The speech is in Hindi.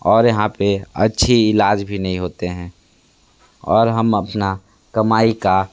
और यहाँ पे अच्छे इलाज भी नहीं होते हैं और हम अपना कमाई का